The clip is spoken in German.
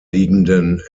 liegenden